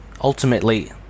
ultimately